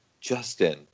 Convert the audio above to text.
justin